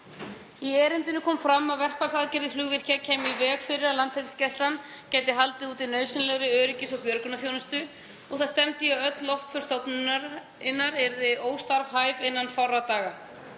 Í erindinu kom fram að verkfallsaðgerðir flugvirkja kæmu í veg fyrir að Landhelgisgæslan gæti haldið úti nauðsynlegri öryggis- og björgunarþjónustu og það stefndi í að öll loftför stofnunarinnar yrðu óstarfhæf innan fárra daga,